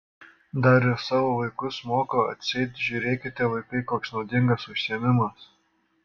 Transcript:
dar ir savo vaikus moko atseit žiūrėkite vaikai koks naudingas užsiėmimas